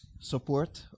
support